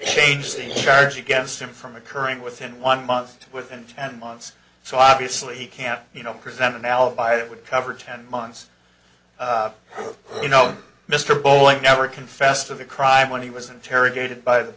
changing charge against him from occurring within one month with and months so obviously he can't you know present an alibi that would cover ten months you know mr bolling never confessed of the crime when he was interrogated by the